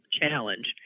challenge